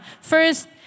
First